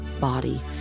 body